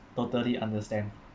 totally understand